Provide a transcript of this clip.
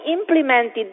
implemented